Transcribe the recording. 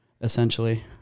essentially